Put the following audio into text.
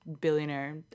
billionaire